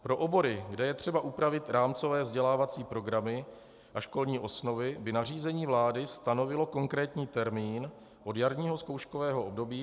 Pro obory, kde je třeba upravit rámcové vzdělávací programy a školní osnovy, by nařízení vlády stanovilo konkrétní termín od jarního zkouškového období 2021.